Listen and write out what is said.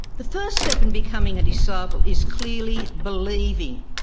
the first step in becoming a disciple is clearly believing,